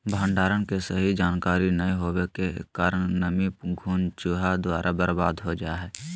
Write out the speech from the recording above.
भंडारण के सही जानकारी नैय होबो के कारण नमी, घुन, चूहा द्वारा बर्बाद हो जा हइ